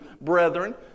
brethren